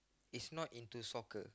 is not into soccer